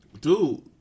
Dude